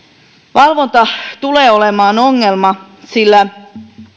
valvonta tulee olemaan ongelma sillä